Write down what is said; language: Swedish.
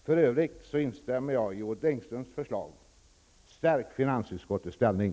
För övrigt instämmer jag i Odd Engströms förslag: Stärk finansutskottets ställning!